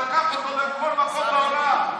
שלקחו אותו לכל מקום בעולם,